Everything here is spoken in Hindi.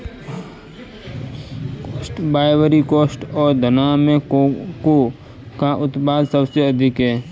आइवरी कोस्ट और घना में कोको का उत्पादन सबसे अधिक है